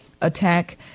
attack